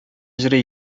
йөри